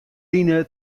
line